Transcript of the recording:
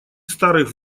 старых